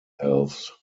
elves